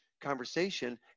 conversation